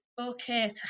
okay